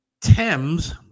Thames